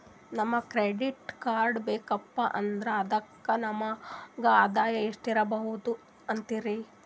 ನಮಗ credit card ಬೇಕಪ್ಪ ಅಂದ್ರ ಅದಕ್ಕ ನಮಗ ಆದಾಯ ಎಷ್ಟಿರಬಕು ಅಂತೀರಿ?